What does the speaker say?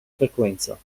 frequenza